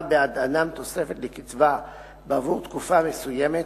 בעד אדם תוספת לקצבה בעבור תקופה מסוימת,